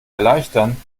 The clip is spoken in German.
erleichtern